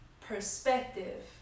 perspective